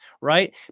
right